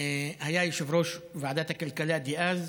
היה יושב-ראש ועדת הכלכלה דאז,